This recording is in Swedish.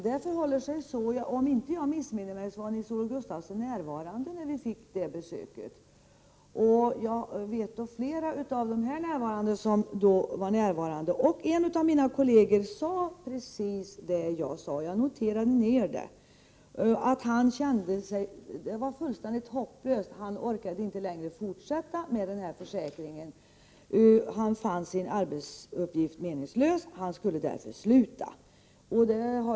Jag vet att flera av dem som nu är i kammaren var närvarande när vi fick det besöket, och om jag inte missminner mig var också Nils-Olof Gustafsson med vid det tillfället. En av mina kolleger från försäkringskassan sade — jag antecknade det - att han ansåg det vara fullkomligt hopplöst och att han inte längre orkade fortsätta. Han fann sin arbetsuppgift meningslös och skulle därför sluta.